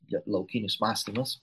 jo laukinis mąstymas